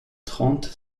trente